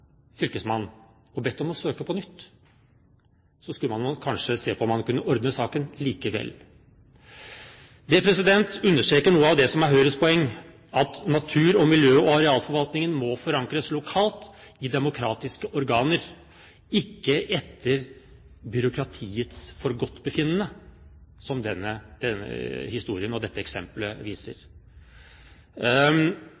og bedt om å søke på nytt, så skulle man kanskje se på om man kunne ordne saken likevel. Det understreker noe av det som er Høyres poeng, at natur-, miljø- og arealforvaltningen må forankres lokalt i demokratiske organer, ikke etter byråkratiets forgodtbefinnende, som denne historien og dette eksempelet viser.